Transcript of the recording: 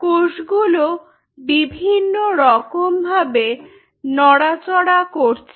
কোষগুলো বিভিন্ন রকম ভাবে নড়াচড়া করছে